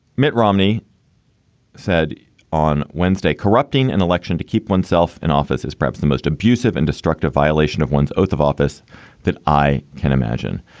mitt romney said on wednesday corrupting an election to keep oneself in office is perhaps the most abusive and destructive violation of one's oath of office that i can imagine.